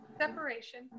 separation